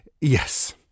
Yes